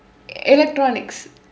electronics